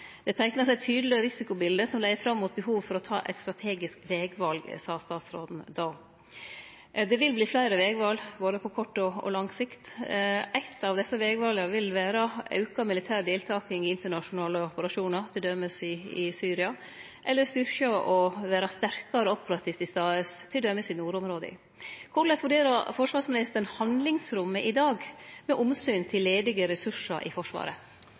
Det teiknar seg eit tydeleg risikobilete som leiar fram mot behovet for å ta eit strategisk vegval, sa statsråden då. Det vil verte fleire vegval, både på kort og på lang sikt. Eitt av desse vegvala vil vere auka militær deltaking i internasjonale operasjonar, t.d. i Syria, eller å vere sterkare operativt til stades t.d. i nordområda. Korleis vurderer forsvarsministeren handlingsrommet i dag med omsyn til ledige ressursar i Forsvaret?